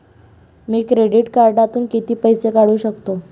मी credit कार्डातून किती पैसे काढू शकतो?